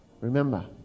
Remember